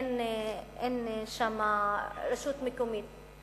אין שם רשות מקומית.